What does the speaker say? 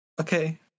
Okay